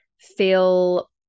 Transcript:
feel